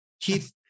Keith